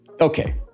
Okay